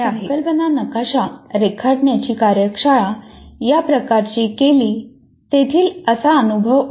संकल्पना नकाशा रेखाटण्याची कार्यशाळा या प्रकारची केली तेथील अनुभव असा होता